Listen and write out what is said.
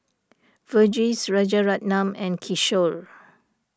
Verghese Rajaratnam and Kishore